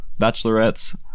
bachelorettes